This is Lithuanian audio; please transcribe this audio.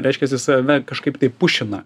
reiškias jis save kažkaip tai pušina